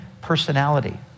personality